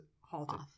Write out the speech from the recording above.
halted